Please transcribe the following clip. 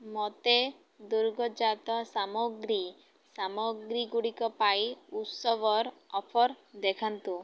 ମୋତେ ଦୁଗ୍ଧଜାତ ସାମଗ୍ରୀ ସାମଗ୍ରୀଗୁଡ଼ିକ ପାଇଁ ଉତ୍ସବର ଅଫର୍ ଦେଖାନ୍ତୁ